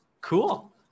Cool